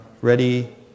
ready